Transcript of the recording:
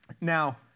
Now